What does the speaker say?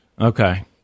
okay